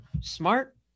smart